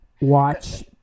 watch